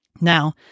Now